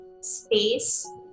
space